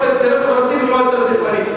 לא את האינטרס הפלסטיני ולא את האינטרס הישראלי,